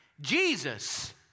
Jesus